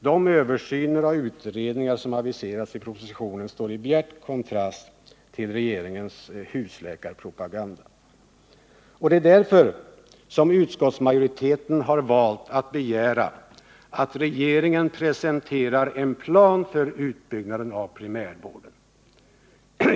De översyner och utredningar som aviserats i propositionen står i bjärt kontrast till regeringens husläkarpropaganda. Det är därför som utskottsmajoriteten har valt att begära att regeringen presenterar en plan för utbyggnaden av primärvården.